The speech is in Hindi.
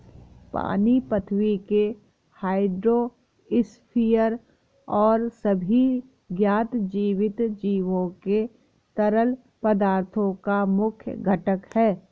पानी पृथ्वी के हाइड्रोस्फीयर और सभी ज्ञात जीवित जीवों के तरल पदार्थों का मुख्य घटक है